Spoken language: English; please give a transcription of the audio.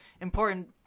important